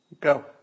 Go